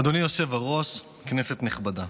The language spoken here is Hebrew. אדוני היושב-ראש, כנסת נכבדה,